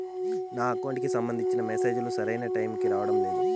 నా అకౌంట్ కి సంబంధించిన మెసేజ్ లు సరైన టైముకి రావడం లేదు